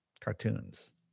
Cartoons